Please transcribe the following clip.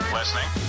Listening